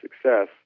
success